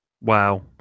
wow